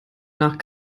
nach